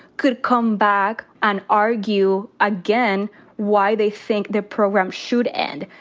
could come back and argue again why they think the program should end.